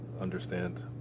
understand